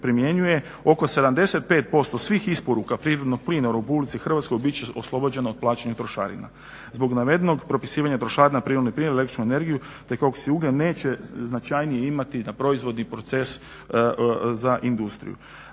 primjenjuje oko 75% svih isporuka prirodnog plina u Republici Hrvatskoj bit će oslobođeno od plaćanja trošarina. Zbog navedenog propisivanje trošarina na prirodni plin, električnu energiju te koks i ugljen neće značajnije imati na proizvodni proces za industriju.